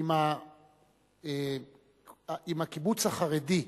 עם הציבור החרדי,